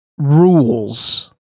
rules